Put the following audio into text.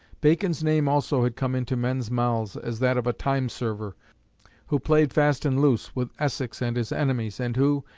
bacon's name also had come into men's mouths as that of a time-server who played fast and loose with essex and his enemies, and who,